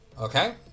Okay